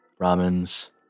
ramens